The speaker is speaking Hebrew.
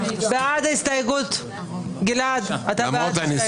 מי נגד?